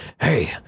hey